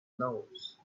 nose